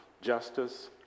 justice